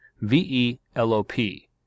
V-E-L-O-P